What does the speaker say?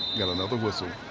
another whistle.